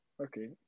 Okay